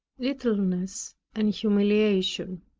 littleness and humiliation.